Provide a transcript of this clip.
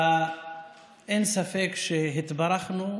אין ספק שהתברכנו,